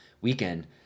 weekend